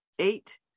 eight